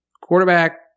quarterback